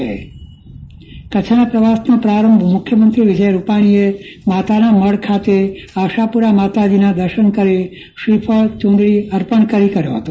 ચંદ્રવદન પદ્ટણી માતાના મઢ મુલાકાત કચ્છ પ્રવાસનો પ્રારંભ મુખ્યમંત્રી વિજય રૂપાણીએ માતાના મઢ ખાતે આશાપુરા માતાજીના દર્શન કરી શ્રીફળ ચુંદડી અર્પણ કરી કર્યો હતો